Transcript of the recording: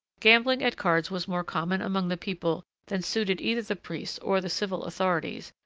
gambling at cards was more common among the people than suited either the priests or the civil authorities,